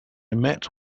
met